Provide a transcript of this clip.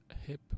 hip